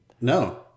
No